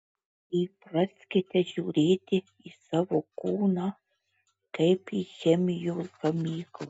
įpraskite žiūrėti į savo kūną kaip į chemijos gamyklą